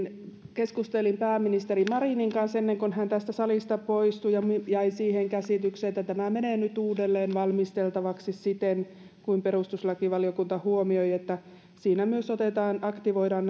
keskustelin pääministeri marinin kanssa ennen kuin hän tästä salista poistui ja jäin siihen käsitykseen että tämä menee nyt uudelleen valmisteltavaksi siten kuin perustuslakivaliokunta huomioi että siinä myös aktivoidaan